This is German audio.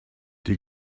die